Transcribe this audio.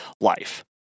life